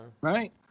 right